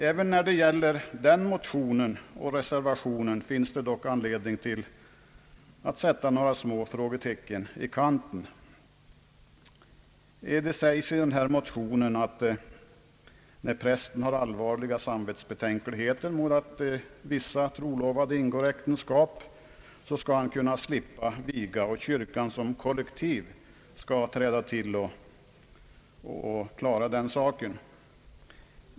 Även i det avsnittet finns det emellertid ett och annat som ger anledning att sätta små frågetecken i kanten. Det sägs i motionen att när prästen har allvarliga samvetsbetänkligheter mot att vissa trolovade ingår äktenskap, så skall han kunna slippa viga, och kyrkan som kollektiv skall träda till och klara den saken.